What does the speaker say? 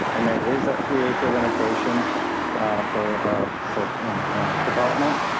and there is that three acre limitation for for development.